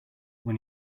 when